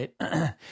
right